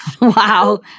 Wow